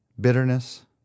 Bitterness